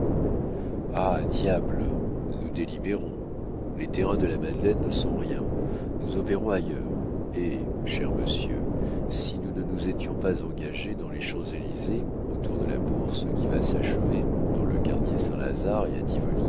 ah diable nous délibérons les terrains de la madeleine ne sont rien nous opérons ailleurs eh cher monsieur si nous ne nous étions pas engagés dans les champs-élysées autour de la bourse qui va s'achever dans le quartier saint-lazare et